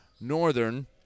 Northern